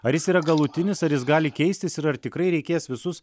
ar jis yra galutinis ar jis gali keistis ir ar tikrai reikės visus